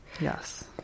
Yes